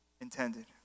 intended